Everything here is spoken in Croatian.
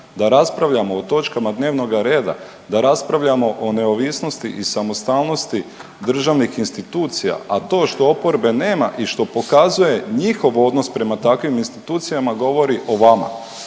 da raspravljamo o točkama dnevnoga reda, da raspravljamo o neovisnosti i samostalnosti državnih institucija, a to što oporbe nema i što pokazuje njihov odnos prema takvim institucijama, govori o vama.